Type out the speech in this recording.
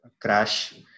crash